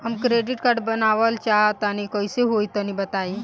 हम credit card बनवावल चाह तनि कइसे होई तनि बताई?